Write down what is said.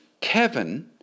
Kevin